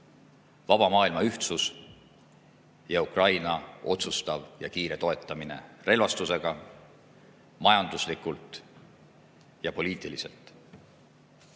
vaba maailma ühtsus ja Ukraina otsustav ja kiire toetamine relvastusega, majanduslikult ja poliitiliselt.